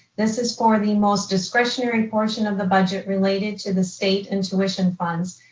this is for the most discretionary portion of the budget related to the state and tuition funds.